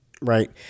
right